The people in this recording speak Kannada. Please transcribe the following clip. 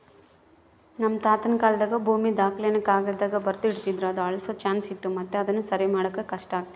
ನಮ್ ತಾತುನ ಕಾಲಾದಾಗ ಭೂಮಿ ದಾಖಲೆನ ಕಾಗದ್ದಾಗ ಬರ್ದು ಇಡ್ತಿದ್ರು ಅದು ಅಳ್ಸೋ ಚಾನ್ಸ್ ಇತ್ತು ಮತ್ತೆ ಅದುನ ಸರಿಮಾಡಾಕ ಕಷ್ಟಾತಿತ್ತು